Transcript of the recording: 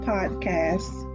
Podcasts